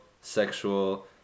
sexual